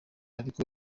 ariko